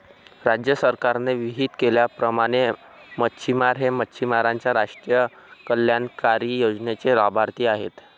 राज्य सरकारने विहित केल्याप्रमाणे मच्छिमार हे मच्छिमारांच्या राष्ट्रीय कल्याणकारी योजनेचे लाभार्थी आहेत